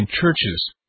churches